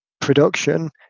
production